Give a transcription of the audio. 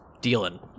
dealing